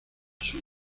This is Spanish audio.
sur